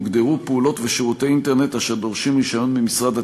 הוגדרו פעולות ושירותי אינטרנט אשר דורשים רישיון ממשרד התקשורת.